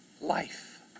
life